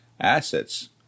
assets